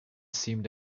seemed